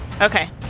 Okay